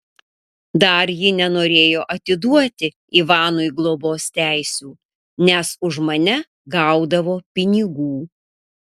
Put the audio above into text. dar ji nenorėjo atiduoti ivanui globos teisių nes už mane gaudavo pinigų